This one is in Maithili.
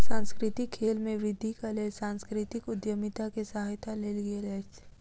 सांस्कृतिक खेल में वृद्धिक लेल सांस्कृतिक उद्यमिता के सहायता लेल गेल अछि